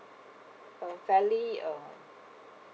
uh fairly uh